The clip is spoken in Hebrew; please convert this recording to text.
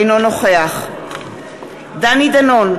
אינו נוכח דני דנון,